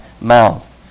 mouth